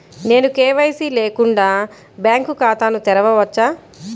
నేను కే.వై.సి లేకుండా బ్యాంక్ ఖాతాను తెరవవచ్చా?